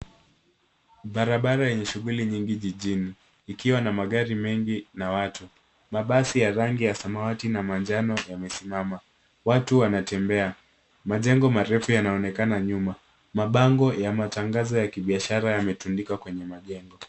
Barabara yenye shughuli nyingi jijini ikiwa na magari mengi na watu. Mabasi ya rangi ya samawati na manjano yamesimama. Watu wanatembea. Majengo marefu yanaonekana nyuma. Mabango ya matangazo ya kibiashara yametandikwa kwenye mabango.